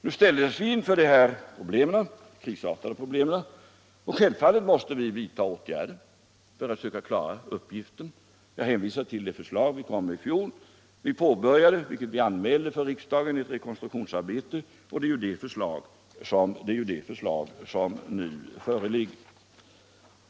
| Nu ställdes vi inför dessa krisartade problem, och vi måste självfallet vidta åtgärder för att söka lösa dem. Jag hänvisar i det sammanhanget till de förslag vi lade fram i fjol. Vi påbörjade — vilket vi också anmälde till riksdagen — ett rekonstruktionsarbete. och på detta grundade sig det nu föreliggande förslaget.